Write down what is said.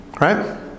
right